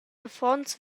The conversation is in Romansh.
affons